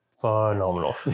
phenomenal